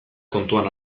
kontuan